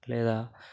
లేదా